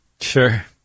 Sure